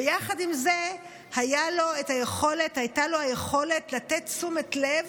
ויחד עם זה הייתה לו היכולת לתת תשומת לב